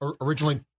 originally